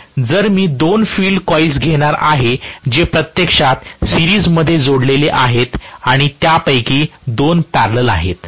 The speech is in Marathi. तर जर मी दोन फील्ड कॉइल्स घेणार आहे जे प्रत्यक्षात सिरीज मध्ये जोडलेले आहेत आणि त्यापैकी दोन पॅरलल आहेत